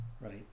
Right